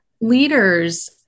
leaders